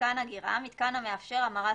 59י-"מיתקן אגירה" מיתקן המאפשר המרת